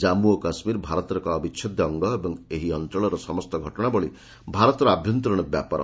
ଜାମ୍ମୁ ଓ କାଶ୍ମୀର ଭାରତର ଏକ ଅବିଚ୍ଛେଦ୍ୟ ଅଙ୍ଗ ଏବଂ ଏହି ଅଞ୍ଚଳର ସମସ୍ତ ଘଟଣାବଳୀ ଭାରତର ଆଭ୍ୟନ୍ତରୀଣ ବ୍ୟାପାର